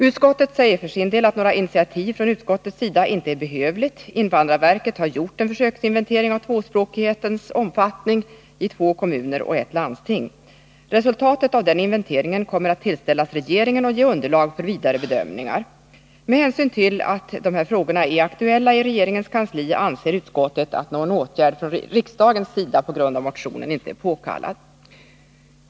Utskottet säger för sin del att några initiativ från utskottets sida inte är behövliga. Invandrarverket har gjort en försöksinventering av tvåspråkighetens omfattning i två kommuner och ett landsting. Resultatet av denna inventering kommer att tillställas regeringen och ge underlag för vidare bedömningar. Med hänsyn till att dessa frågor är aktuella i regeringens kansli anser utskottet att någon åtgärd från riksdagens sida på grund av motionen inte är påkallad.